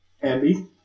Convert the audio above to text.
Andy